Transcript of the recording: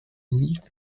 leaf